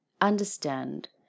understand